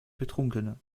betrunkene